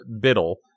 Biddle